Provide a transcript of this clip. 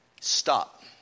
stop